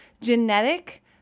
genetic